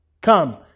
Come